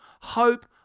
hope